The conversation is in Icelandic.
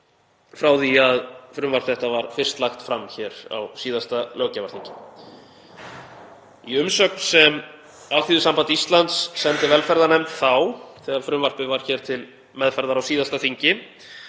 frá því að frumvarp þetta var fyrst lagt fram hér á síðasta löggjafarþingi. Í umsögn sem Alþýðusamband Íslands sendi velferðarnefnd þegar frumvarpið var til meðferðar á síðasta þingi